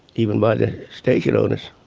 even by the station owners.